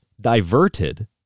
diverted